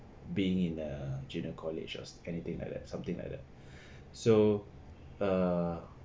being in a junior college or anything like that something like that so uh